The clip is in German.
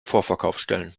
vorverkaufsstellen